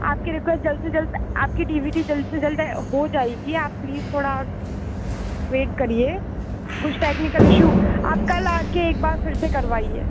आपकी रिक्वेस्ट जल्द से जल्द आपकी डी वी डी जल्द से जल्द हो जाएगी आप प्लीज़ थोड़ा वेट करिए कुछ टेक्निकल इशू आप कल आ कर एक बार फिर से करवाइए